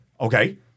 Okay